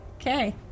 Okay